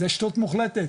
זה שטות מוחלטת,